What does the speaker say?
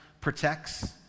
protects